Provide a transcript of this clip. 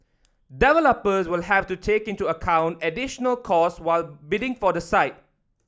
developers will have to take into account additional costs while bidding for the site